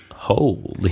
Holy